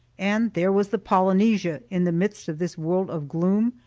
and there was the polynesia in the midst of this world of gloom,